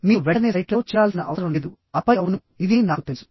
మీరు వెంటనే సైట్లలో చేరాల్సిన అవసరం లేదు ఆపై అవును ఇది అని నాకు తెలుసు